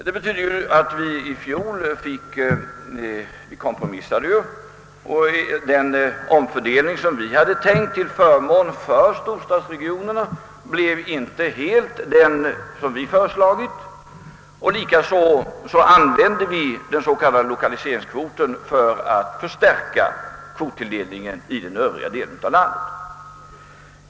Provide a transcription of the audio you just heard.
Det betydde att vi i fjol måste kompromissa och att omfördelningen till förmån för storstadsregionerna inte blev helt den som vi hade föreslagit. Likaså måste vi använda den s.k. lokaliseringskvoten för att stärka kvottilldelningen i den övriga delen av landet.